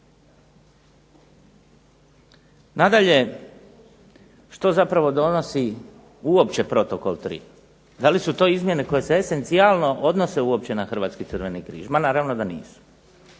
Nadalje, što zapravo donosi uopće protokol 3? Da li su to izmjene koje se esencijalno odnose uopće na Hrvatski crveni križ? Ma naravno da nisu.